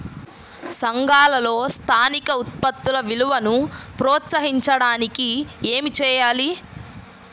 సంఘాలలో స్థానిక ఉత్పత్తుల విలువను ప్రోత్సహించడానికి ఏమి చేయాలి?